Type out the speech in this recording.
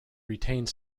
retained